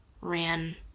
ran